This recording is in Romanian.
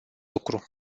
lucru